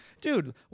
dude